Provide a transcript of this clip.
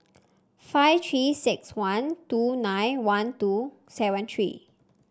five Three six one two nine one two seven three